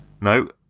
No